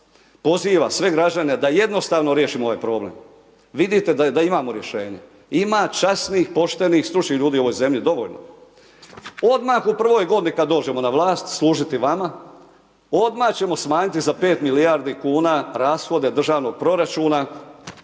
poziva sve građane da jednostavno riješimo ovaj problem, vidite da imamo rješenje, ima časnih, poštenih, stručnih ljudi u ovoj zemlji dovoljno. Odmah u prvoj godini kad dođemo na vlast služiti vama, odmah ćemo smanjiti za 5 milijardi kuna rashode Državnog proračuna